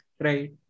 Right